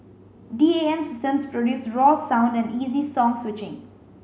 D A M systems produce raw sound and easy song switching